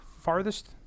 Farthest